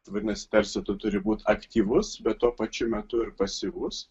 vadinasi tarsi tu turi būti aktyvus bet tuo pačiu metu ir pasyvus